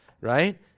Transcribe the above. right